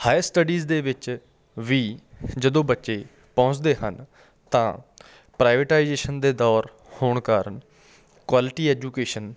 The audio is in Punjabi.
ਹਾਇਰ ਸਟੱਡੀਜ਼ ਦੇ ਵਿੱਚ ਵੀ ਜਦੋਂ ਬੱਚੇ ਪਹੁੰਚਦੇ ਹਨ ਤਾਂ ਪ੍ਰਾਈਵੇਟਾਈਜੇਸ਼ਨ ਦੇ ਦੌਰ ਹੋਣ ਕਾਰਨ ਕੁਆਲਿਟੀ ਐਜੂਕੇਸ਼ਨ